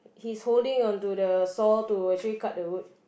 he's holding on to the saw to actually cut the wood